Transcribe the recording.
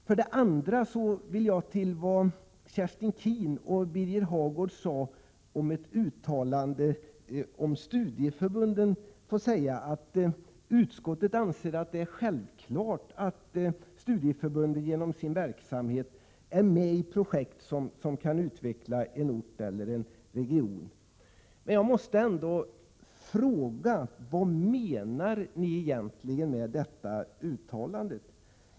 För det andra vill jag beträffande det som Kerstin Keen och Birger Hagård sade om ett uttalande om studieförbunden anföra att utskottet anser att det är självklart att studieförbunden genom sin verksamhet är med i projekt som kan utveckla en ort eller en region. Jag måste ändå ställa en fråga: Vad menar ni egentligen med detta uttalande?